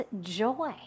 joy